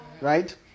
Right